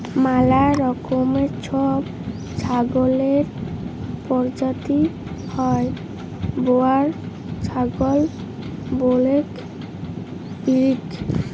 ম্যালা রকমের ছব ছাগলের পরজাতি হ্যয় বোয়ার ছাগল, ব্যালেক বেঙ্গল